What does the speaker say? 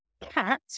cat